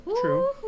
true